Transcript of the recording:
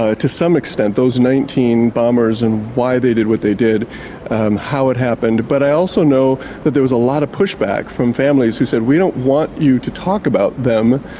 ah to some extent, those nineteen bombers and why they did what they did and how it happened. but i also know that there was a lot of push-back from families who said we don't want you to talk about them,